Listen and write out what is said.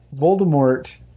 Voldemort